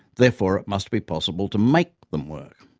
therefore it must be possible to make them work.